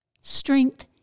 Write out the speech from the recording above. strength